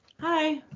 Hi